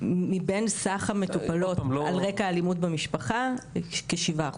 מבין סך המטופלות על רקע אלימות במשפחה, כ-7%.